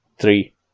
Three